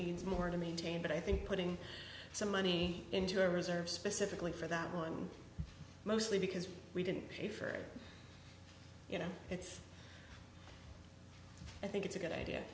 needs more to maintain but i think putting some money into a reserve specifically for that one mostly because we didn't pay for it you know it's i think it's a good idea